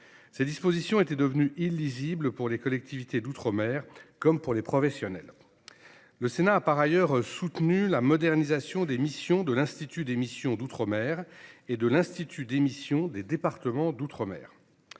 Ces dispositions étaient devenues illisibles, pour les collectivités d’outre mer comme pour les professionnels. Le Sénat a, par ailleurs, soutenu la modernisation des missions de l’Institut d’émission d’outre mer (Ieom) et de l’Institut d’émission des départements d’outre mer